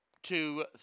Two